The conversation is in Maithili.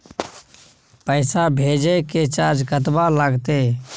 पैसा भेजय के चार्ज कतबा लागते?